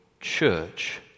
church